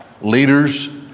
leaders